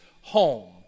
home